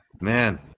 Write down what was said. man